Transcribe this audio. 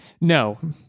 no